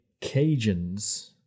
Cajuns